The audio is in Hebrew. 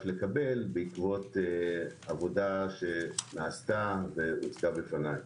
לקבל בעקבות עבודה שנעשתה והוגשה בפניי.